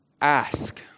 ask